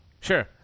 Sure